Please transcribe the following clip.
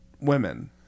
women